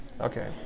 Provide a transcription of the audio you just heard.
Okay